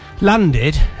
landed